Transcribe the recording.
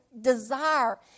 desire